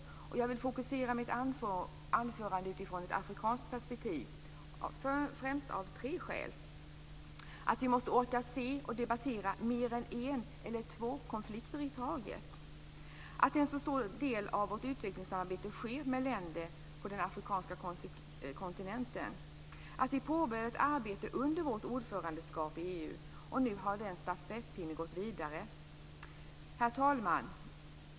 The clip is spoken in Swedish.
Mitt anförande fokuseras utifrån ett afrikanskt perspektiv, främst av tre skäl: · Vi måste orka se och debattera mer än en eller två konflikter i taget. · En mycket stor del av vårt utvecklingsarbete sker med länder på den afrikanska kontinenten. · Under vårt ordförandeskap påbörjade vi ett arbete. Nu har den stafettpinnen gått vidare.